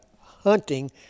hunting